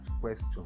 question